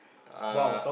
uh